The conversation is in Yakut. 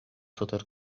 сытар